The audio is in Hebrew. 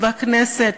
והכנסת,